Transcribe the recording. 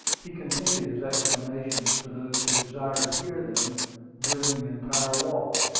he continued his explanations to those who desired to hear them during the entire walk.